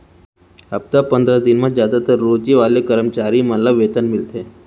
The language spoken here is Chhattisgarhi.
हप्ता पंदरा दिन म जादातर रोजी वाले करम चारी मन ल वेतन मिलथे